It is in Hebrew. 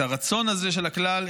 את הרצון הזה של הכלל,